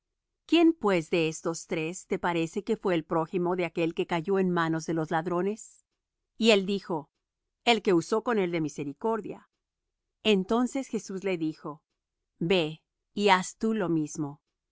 quién pues de estos tres te parece que fué el prójimo de aquél que cayó en manos de los ladrónes y él dijo el que usó con él de misericordia entonces jesús le dijo ve y haz tú lo mismo